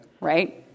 right